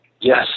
Yes